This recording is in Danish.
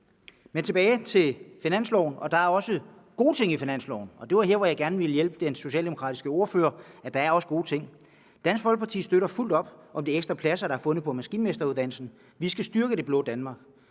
Men tilbage til finansloven. Der er også gode ting i finansloven, og det var her, jeg gerne ville hjælpe den socialdemokratiske ordfører ved at sige, at der også er gode ting. Dansk Folkeparti støtter fuldt op om de ekstra pladser, der er fundet på maskinmesteruddannelsen. Vi skal styrke Det Blå Danmark.